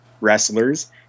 wrestlers